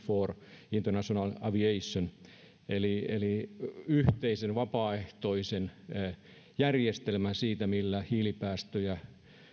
for international aviation eli eli yhteisen vapaaehtoisen järjestelmän siitä millä hiilipäästöjä